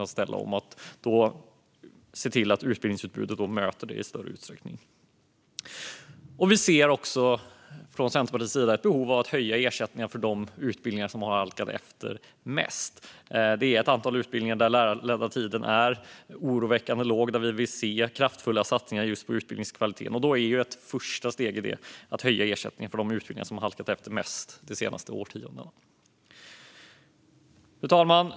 Det gäller att då se till att utbildningsutbudet möter det i större utsträckning. Vi ser också från Centerpartiets sida ett behov av att höja ersättningarna för de utbildningar som har halkat efter mest. Det finns ett antal utbildningar där den lärarledda tiden är oroväckande låg och där vi vill se kraftfulla satsningar just på utbildningskvaliteten. Ett första steg i det är att höja ersättningen för de utbildningar som halkat efter mest de senaste årtiondena. Fru talman!